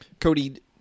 Cody